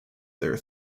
their